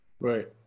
Right